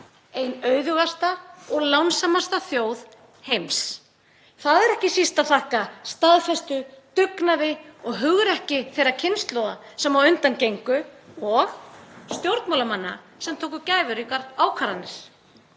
ein auðugasta og lánsamasta þjóð heims. Það er ekki síst að þakka staðfestu, dugnaði og hugrekki þeirra kynslóða sem á undan gengu og stjórnmálamanna sem tóku gæfuríkar ákvarðanir.